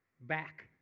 back